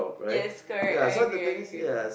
yes correct I agree I agree